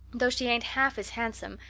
though she ain't half as handsome,